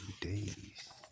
days